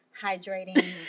hydrating